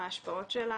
מה ההשפעות שלה,